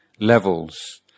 levels